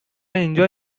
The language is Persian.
اینجا